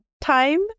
time